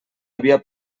havia